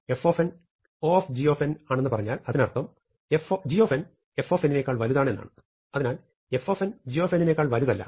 f Og ആണെന്ന് പറഞ്ഞാൽ അതിനർത്ഥം g f നേക്കാൾ വലുതാണ് എന്നാണ് അതിനാൽ f g നേക്കാൾ വലുതല്ല